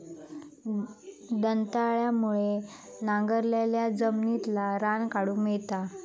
दंताळ्यामुळे नांगरलाल्या जमिनितला रान काढूक मेळता